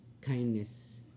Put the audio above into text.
kindness